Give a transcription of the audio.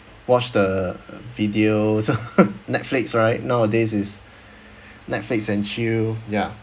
watch the videos Netflix right nowadays is Netflix and chill ya